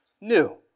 new